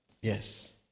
Yes